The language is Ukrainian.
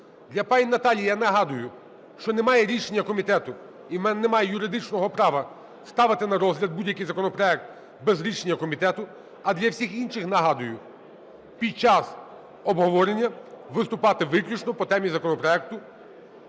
Для пані Наталії я нагадую, що немає рішення комітету і у мене немає юридичного права ставити на розгляд будь-який законопроект без рішення комітету. А для всіх інших нагадую: під час обговорення виступати виключно по темі законопроекту.